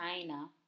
China